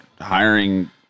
hiring